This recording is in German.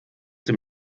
dem